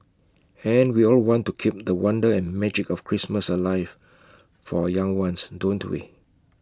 and we all want to keep the wonder and magic of Christmas alive for our young ones don't we